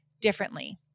differently